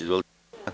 Izvolite.